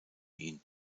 ihn